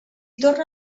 torna